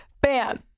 bam